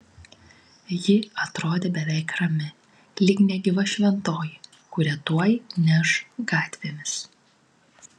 ji atrodė beveik rami lyg negyva šventoji kurią tuoj neš gatvėmis